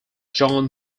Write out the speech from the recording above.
john